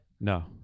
no